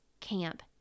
camp